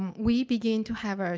we begin to have our